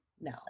No